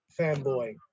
fanboy